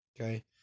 Okay